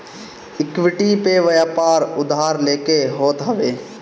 equity पअ व्यापार उधार लेके होत हवे